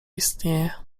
istnieje